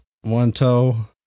One-toe